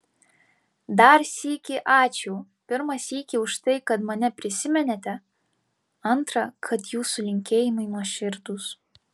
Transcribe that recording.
dar sykį ačiū pirmą sykį už tai kad mane prisiminėte antrą kad jūsų linkėjimai nuoširdūs